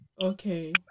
Okay